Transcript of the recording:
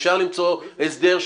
אפשר למצוא הסדר,